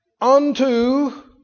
unto